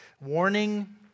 warning